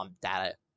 data